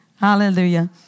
Hallelujah